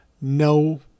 No